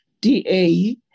DA